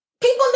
People